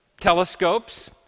telescopes